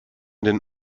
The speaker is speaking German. den